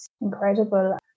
incredible